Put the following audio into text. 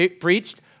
preached